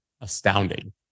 astounding